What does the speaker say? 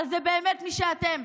אבל זה באמת מי שאתם,